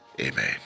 Amen